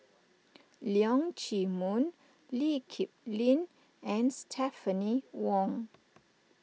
Leong Chee Mun Lee Kip Lin and Stephanie Wong